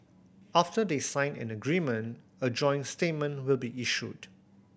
after they sign an agreement a joint statement will be issued